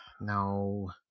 No